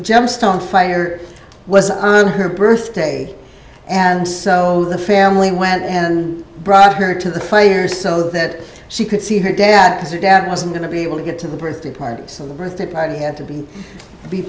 gemstone fire was on her birthday and so the family went and brought her to the fire so that she could see her dad as a dad wasn't going to be able to get to the birthday party so the birthday party had to be be